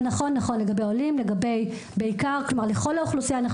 זה נכון לגבי עולים, לכל האוכלוסייה.